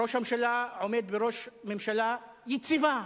ראש הממשלה עומד בראש ממשלה יציבה.